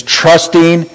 trusting